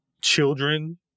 children